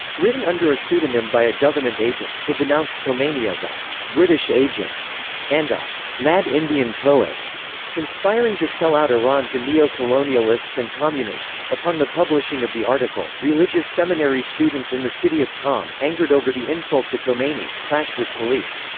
written under a pseudonym by a government agent, it denounced khomeini as a british agent and a mad indian poet conspiring to sell out iran to neo-colonialists and communists upon the publishing of the article, religious seminary students in the city of qom, angered over the insult to khomeini, clashed with police.